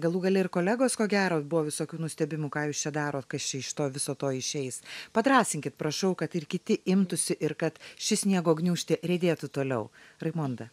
galų gale ir kolegos ko gero buvo visokių nustebimų ką jūs čia darot kas čia iš to viso to išeis padrąsinkit prašau kad ir kiti imtųsi ir kad ši sniego gniūžtė riedėtų toliau raimonda